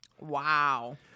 Wow